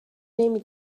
نمی